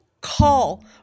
call